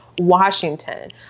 Washington